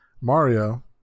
Mario